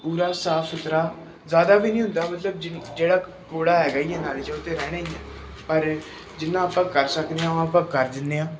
ਪੂਰਾ ਸਾਫ ਸੁਥਰਾ ਜ਼ਿਆਦਾ ਵੀ ਨਹੀਂ ਹੁੰਦਾ ਮਤਲਬ ਜਿ ਜਿਹੜਾ ਕੂੜਾ ਹੈਗਾ ਹੀ ਨਾਲੇ 'ਚ ਉਹ ਤਾਂ ਰਹਿਣਾ ਹੀ ਹੈ ਪਰ ਜਿੰਨਾ ਆਪਾ ਕਰ ਸਕਦੇ ਹਾਂ ਉਹ ਆਪਾਂ ਕਰ ਦਿੰਦੇ ਹਾਂ